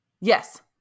Yes